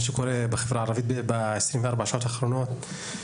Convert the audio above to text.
שקורה בחברה הערבית ב-24 שעות האחרונות,